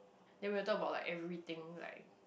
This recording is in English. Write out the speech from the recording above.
then we will talk about like everything like